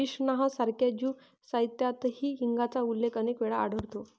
Mishnah सारख्या Jew साहित्यातही हिंगाचा उल्लेख अनेक वेळा आढळतो